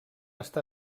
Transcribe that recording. està